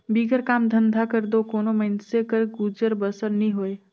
बिगर काम धंधा कर दो कोनो मइनसे कर गुजर बसर नी होए